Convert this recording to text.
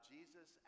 Jesus